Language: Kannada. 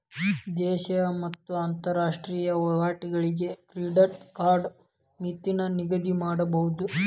ದೇಶೇಯ ಮತ್ತ ಅಂತರಾಷ್ಟ್ರೇಯ ವಹಿವಾಟುಗಳಿಗೆ ಕ್ರೆಡಿಟ್ ಕಾರ್ಡ್ ಮಿತಿನ ನಿಗದಿಮಾಡಬೋದು